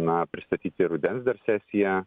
na pristatyti rudens sesiją